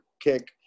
kick